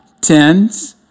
tens